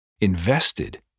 invested